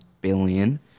billion